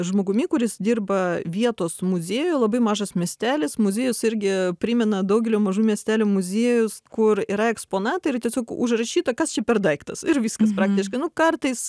žmogumi kuris dirba vietos muziejuje labai mažas miestelis muziejus irgi primena daugelio mažų miestelių muziejus kur yra eksponatai ir tiesiog užrašyta kas čia per daiktas ir viskas praktiškai nu kartais